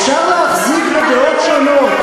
אפשר להחזיק בדעות שונות.